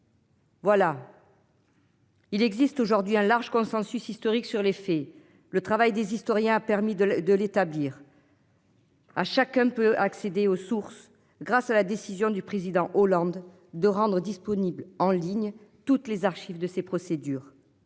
nation. Il existe aujourd'hui un large consensus historique sur les faits, le travail des historiens a permis de, de l'établir. À chacun peut accéder aux sources grâce à la décision du président Hollande de rendre disponible en ligne. Toutes les archives de ces procédures.